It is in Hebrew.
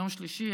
יום שלישי,